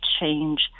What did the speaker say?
change